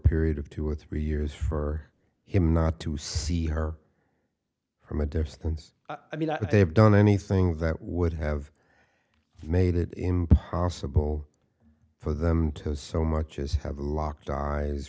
period of two or three years for him not to see her from a distance i mean what they have done anything that would have made it impossible for them to has so much as have locked